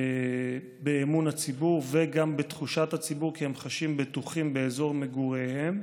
באמון הציבור וגם בתחושת הציבור כי הם חשים בטוחים באזור מגוריהם.